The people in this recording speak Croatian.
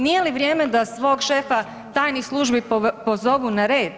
Nije li vrijeme da svog šefa tajnih službi pozovu na red.